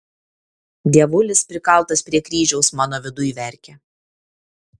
dievulis prikaltas prie kryžiaus mano viduj verkia